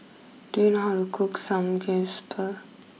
do you know how to cook Samgyeopsal